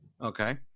Okay